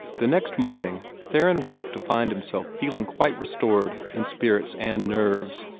the next morning theron woke to find himself feeling quite restored in spirits and nerves.